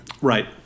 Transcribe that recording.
right